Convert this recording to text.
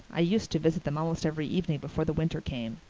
i used to visit them almost every evening before the winter came.